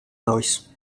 lois